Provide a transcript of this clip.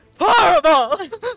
horrible